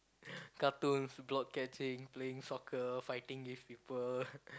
cartoons block catching playing soccer fighting with people